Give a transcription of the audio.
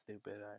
stupid